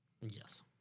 Yes